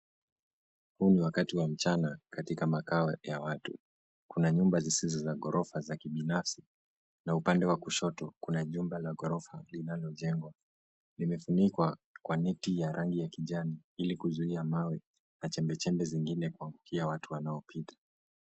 Huu ni wakati wa mchana, katika makao ya watu. Kuna nyumba zisizo za ghorofa za kibinafsi, na upande wa kushoto kuna jumba la ghorofa linalojengwa. Limefunikwa kwa neti ya rangi ya kijani ili kuzuiya mawe na chembechembe zingine kuangukia watu wanaopita.